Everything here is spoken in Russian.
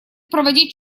проводить